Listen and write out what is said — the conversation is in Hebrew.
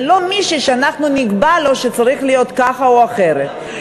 ולא מישהי שאנחנו נקבע לו שצריך להיות ככה או אחרת.